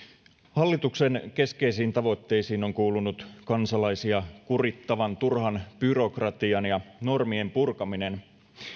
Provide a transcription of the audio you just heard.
hallituksen keskeisiin tavoitteisiin on kuulunut kansalaisia kurittavan turhan byrokratian ja normien purkaminen